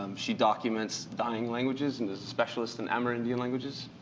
um she documents dying languages, and is a specialist in amerindian languages.